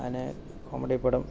അങ്ങനെ കോമഡി പടം